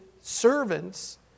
servants